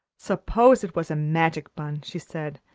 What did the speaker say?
suppose it was a magic bun, she said,